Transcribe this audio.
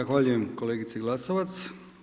Zahvaljujem kolegici Glasovac.